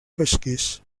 pesquers